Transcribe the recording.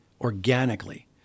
organically